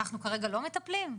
אנחנו כרגע לא מטפלים?